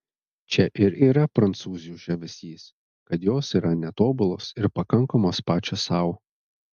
čia ir yra prancūzių žavesys kad jos yra netobulos ir pakankamos pačios sau